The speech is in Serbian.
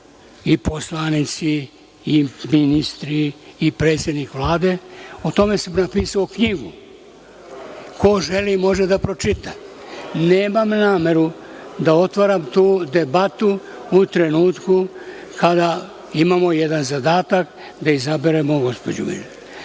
i poslanici i ministri i predsednik Vlade, o tome sam napisao knjigu. Ko želi može da pročita. Nemam nameru da otvaram tu debatu, u trenutku kada imamo jedan zadatak da izaberemo gospođu